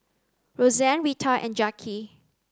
Roxane Reta and Jacki